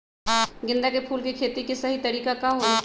गेंदा के फूल के खेती के सही तरीका का हाई?